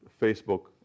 Facebook